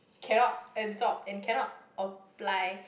cannot absorb and cannot apply